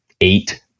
eight